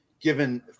Given